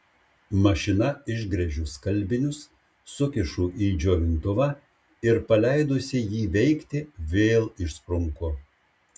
mašina išgręžiu skalbinius sukišu į džiovintuvą ir paleidusi jį veikti vėl išsprunku